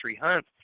hunt